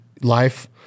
life